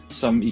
som